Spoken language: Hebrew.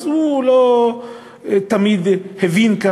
והוא כנראה לא תמיד הבין את